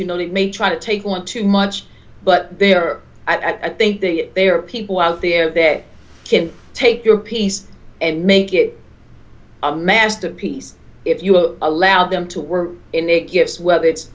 you know it may try to take one too much but there are i think the there are people out there that can take your piece and make it a masterpiece if you will allow them to work in their gifts whether it's